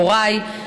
הוריי,